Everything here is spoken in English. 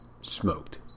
smoked